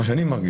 מה שאני מרגיש,